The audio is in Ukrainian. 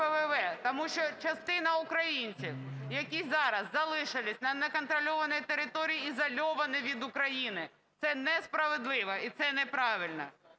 тому що частина українців, які зараз залишились на неконтрольованій території, ізольовані від України. Це несправедливо і це неправильно.